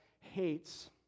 hates